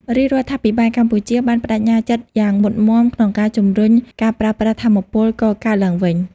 រាជរដ្ឋាភិបាលកម្ពុជាបានប្តេជ្ញាចិត្តយ៉ាងមុតមាំក្នុងការជំរុញការប្រើប្រាស់ថាមពលកកើតឡើងវិញ។